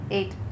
Eight